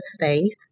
faith